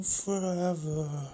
forever